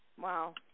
Wow